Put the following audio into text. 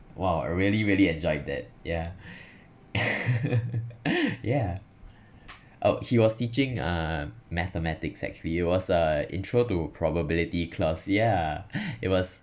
!wow! I really really enjoyed that yeah yeah oh he was teaching uh mathematics actually it was a intro to probability class yeah it was